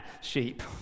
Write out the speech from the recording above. sheep